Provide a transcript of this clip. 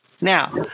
Now